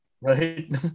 right